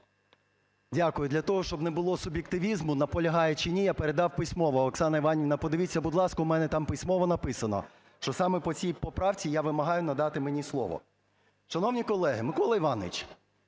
Дякую. Для того, щоб не було суб'єктивізму – наполягає чи ні – я передав письмово, Оксана Іванівна, подивіться, будь ласка, у мене там письмово написано, що саме по цій поправці я вимагаю надати мені слово. Шановні колеги, Микола Леонідович,